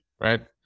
right